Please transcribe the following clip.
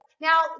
now